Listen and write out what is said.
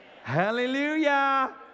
Hallelujah